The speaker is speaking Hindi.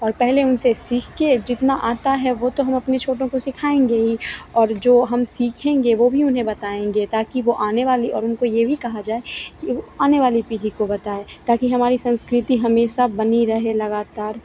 और पहले उनसे सीख के जितना आता है वो तो हम अपने छोटों को सिखाएँगे ही और जो हम सीखेंगे वह भी उन्हें बताएँगे ताकि वह आने वाली और उनको यह भी कहा जाए कि वह आने वाली पीढ़ी को बताए ताकि हमारी संस्कृति हमेशा बनी रहे लगातार